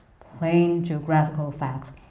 plain geographical facts.